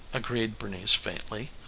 agreed bernice faintly.